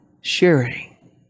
sharing